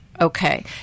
Okay